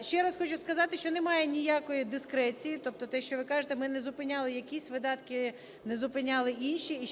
Ще раз хочу сказати, що немає ніякої дискреції. Тобто те, що ви кажете, ми не зупиняли якісь видатки, не зупиняли інші.